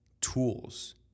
tools